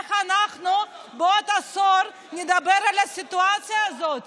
איך אנחנו נדבר על הסיטואציה הזאת